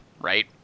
right